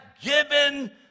given